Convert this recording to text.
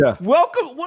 welcome